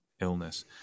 illness